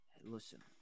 listen